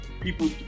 people